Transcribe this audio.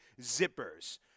Zippers